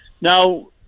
Now